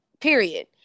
period